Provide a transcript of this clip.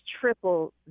triple